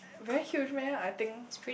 very huge meh I think